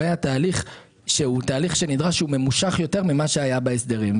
הוא תהליך ממושך יותר ממה שהיה בהסדרים.